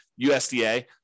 USDA